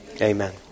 Amen